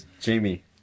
Jamie